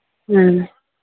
ᱦᱮᱸ